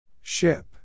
Ship